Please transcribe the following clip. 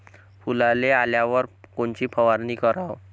फुलाले आल्यावर कोनची फवारनी कराव?